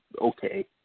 okay